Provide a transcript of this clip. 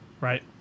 right